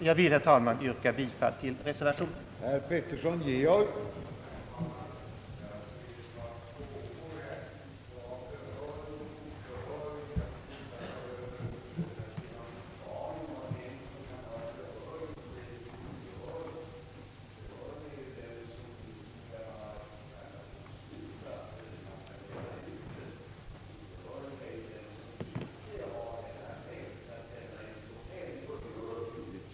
Jag vill, herr talman, yrka bifall till reservationen 1.